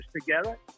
together